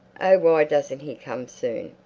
why doesn't he come soon?